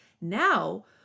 Now